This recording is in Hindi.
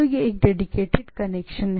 तो यह एक डेडीकेटेड कनेक्शन है